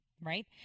right